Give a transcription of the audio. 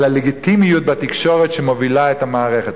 על הלגיטימיות בתקשורת שמובילה את המערכת.